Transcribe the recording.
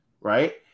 right